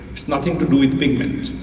it's nothing to do with pigment.